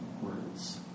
words